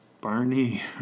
Barney